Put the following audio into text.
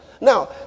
now